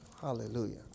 hallelujah